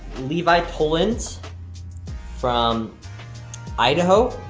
levi tollins from idaho.